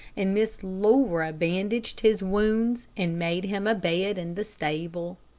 and miss laura bandaged his wounds, and made him a bed in the stable.